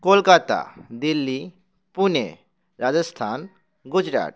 Kolkata Delhi Pune Rajasthan Gujarat